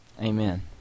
Amen